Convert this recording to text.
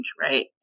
right